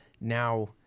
now